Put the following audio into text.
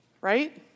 Right